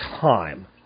time